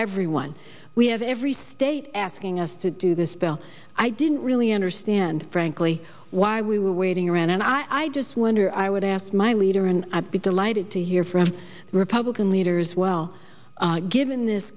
every one we have every state asking us to do this bill i didn't really understand frankly why we were waiting around and i just wonder i would ask my leader and i'd be delighted to hear from republican leaders well given this